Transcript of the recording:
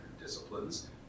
disciplines